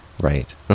Right